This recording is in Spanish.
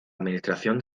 administración